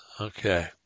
Okay